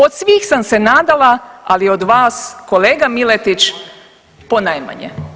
Od svih sam se nadala ali od vas kolega Miletić ponajmanje.